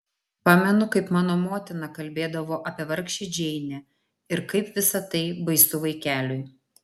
pamenu kaip mano motina kalbėdavo apie vargšę džeinę ir kaip visa tai baisu vaikeliui